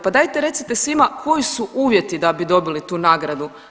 Pa dajte recite svima koji su uvjeti da bi dobili tu nagradu.